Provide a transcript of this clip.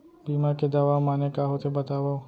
बीमा के दावा माने का होथे बतावव?